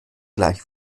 gleich